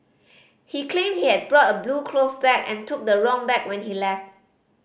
he claimed he had brought a blue cloth bag and took the wrong bag when he left